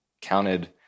counted